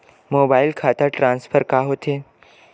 Mobile खाता transfer का होथे?